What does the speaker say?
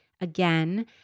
again